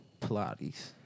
Pilates